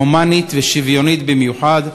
הומנית ושוויונית במיוחד.